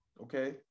Okay